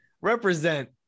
Represent